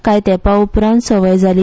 काय तेपा उपरांत सवय जाली